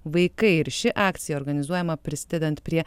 vaikai ir ši akcija organizuojama prisidedant prie